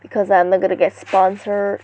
because I am not going to get sponsored